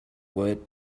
word